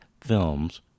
films